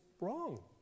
wrong